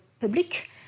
public